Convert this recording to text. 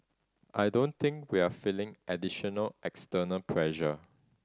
I don't think we're feeling additional external pressure